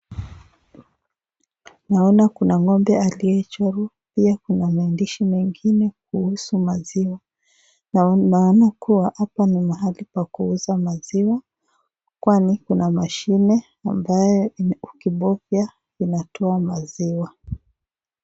Naona kuna ng'ombe aliyechorwa pia kuna maandishi mengine kuhusu maziwa, naona kuwa hapa ni mahali pa kuuza maziwa kwani kuna mashine ambayo ikibofya unatoa maziwa.